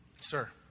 sir